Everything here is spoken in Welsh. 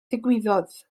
ddigwyddodd